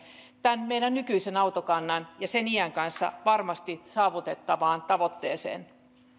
tämän meidän nykyisen autokannan ja sen iän kanssa varmasti saavutettavaan tavoitteeseen